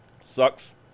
Sucks